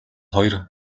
хоёр